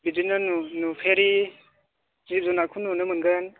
बिदिनो नुफेरि जिब जुनारखौ नुनो मोनगोन